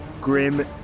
Grim